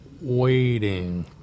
waiting